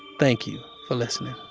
thank you for listening